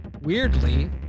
weirdly